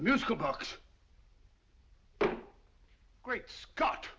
musical box great scott